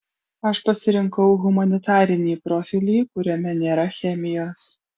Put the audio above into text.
aš pasirinkau humanitarinį profilį kuriame nėra chemijos